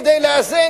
כדי לאזן,